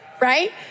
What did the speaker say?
right